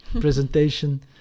presentation